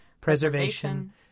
preservation